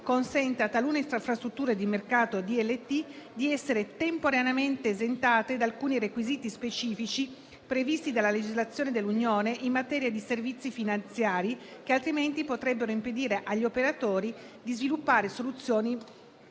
consente a talune infrastrutture di mercato DLT di essere temporaneamente esentate da alcuni requisiti specifici previsti dalla legislazione dell'Unione europea in materia di servizi finanziari che, altrimenti, potrebbero impedire agli operatori di sviluppare soluzioni